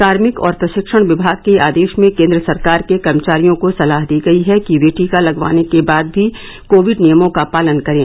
कार्मिक और प्रशिक्षण विमाग के आदेश में केन्द्र सरकार के कमर्चारियों को सलाह दी गई है कि वे टीका लगवाने के बाद भी कोविड नियमों का पालन करें